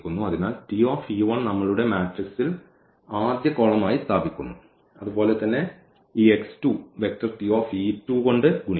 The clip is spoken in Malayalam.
അതിനാൽ നമ്മളുടെ മാട്രിക്സിൽ ഒരു ആദ്യ കോളം ആയി സ്ഥാപിക്കുന്നു അതുപോലെ തന്നെ ഈ ഈ വെക്റ്റർ കൊണ്ട് ഗുണിക്കുന്നു